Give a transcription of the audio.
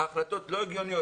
ההחלטות לא הגיוניות?